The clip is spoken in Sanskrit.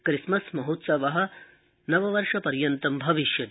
क्रिसमस महोत्सव नव वर्ष पर्यन्तं भविष्यति